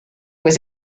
was